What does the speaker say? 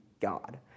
God